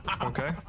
Okay